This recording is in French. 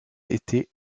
était